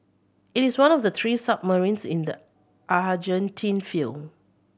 it is one of the three submarines in the Argentine feel